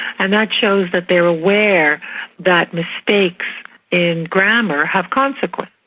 and that shows that they are aware that mistakes in grammar have consequences.